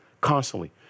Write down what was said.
constantly